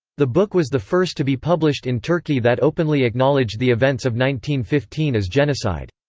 the book was the first to be published in turkey that openly acknowledged the events of one fifteen fifteen as genocide.